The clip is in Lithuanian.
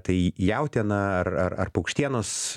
tai jautiena ar ar ar paukštienos